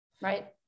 Right